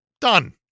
Done